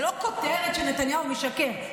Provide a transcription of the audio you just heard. זה לא פוטר שנתניהו משקר,